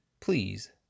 please